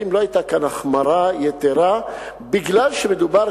האם לא היתה כאן החמרה יתירה בגלל שמדובר